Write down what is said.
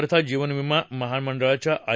अर्थात जीवन विमा महामंडळाच्या आय